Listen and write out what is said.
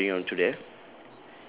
ya we carrying on to there